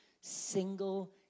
single